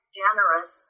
generous